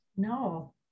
no